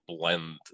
blend